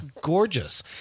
gorgeous